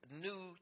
new